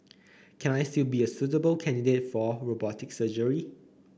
can I still be a suitable candidate for robotic surgery